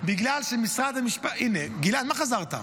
בגלל שמשרד המשפטים, גלעד, מה חזרת?